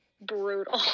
brutal